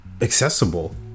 accessible